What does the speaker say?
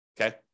Okay